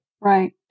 Right